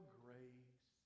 grace